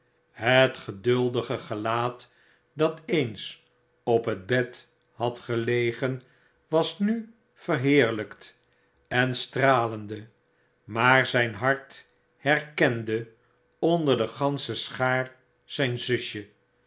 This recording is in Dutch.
het geduldige gelaat dat eens op het bed had gelegen was nu verbeerlijkt en stralende maar zyn hart herkende onder de gansche schaar zyn zusje